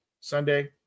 Sunday